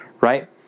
right